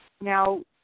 Now